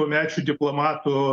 tuomečių diplomatų